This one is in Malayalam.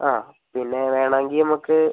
ആ പിന്നെ വേണമെങ്കിൽ നമുക്ക്